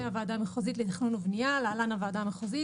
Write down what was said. הוועדה המחוזית לתכנון ולבנייה (להלן הוועדה המחוזית)